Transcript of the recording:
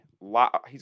lot